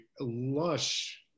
lush